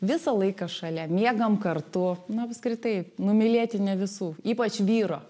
visą laiką šalia miegam kartu na apskritai numylėtinė visų ypač vyro